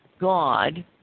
God